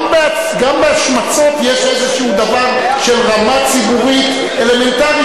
גם בהשמצות יש איזה דבר של רמה ציבורית אלמנטרית,